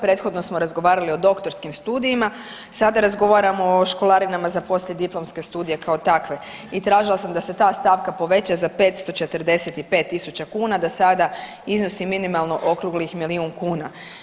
Prethodno smo razgovarali o doktorskim studijima, sada razgovaramo o školarinama za poslijediplomske studije kao takve i tražila sam da se ta stavka poveća za 545 tisuća kuna, da sada iznosi minimalno okruglih milijun kuna.